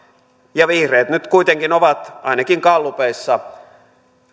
ja vihreät nyt kuitenkin ovat ainakin gallupeissa